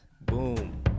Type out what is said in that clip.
Boom